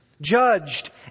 judged